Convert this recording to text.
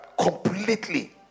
Completely